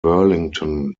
burlington